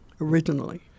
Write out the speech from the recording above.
originally